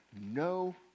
No